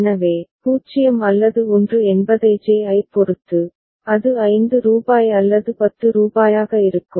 எனவே 0 அல்லது 1 என்பதை J ஐப் பொறுத்து அது 5 ரூபாய் அல்லது 10 ரூபாயாக இருக்கும்